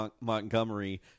Montgomery